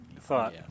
thought